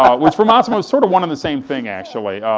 which for massimo, is sort of one and the same thing, actually.